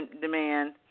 demand